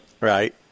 Right